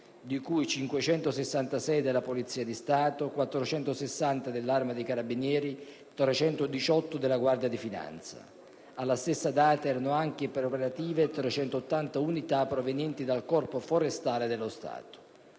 di cui 566 della Polizia di Stato, 460 dell'Arma dei carabinieri, 318 della Guardia di finanza. Alla stessa data erano anche operative 380 unità del Corpo forestale dello Stato.